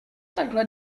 takhle